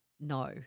No